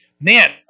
man